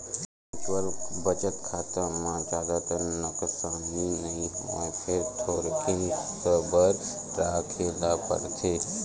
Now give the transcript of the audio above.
mutual बचत खाता म जादातर नसकानी नइ होवय फेर थोरिक सबर राखे ल परथे